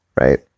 right